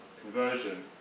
conversion